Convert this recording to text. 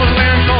land